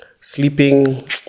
sleeping